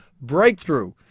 breakthrough